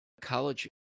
college